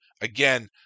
again